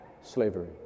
slavery